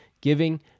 giving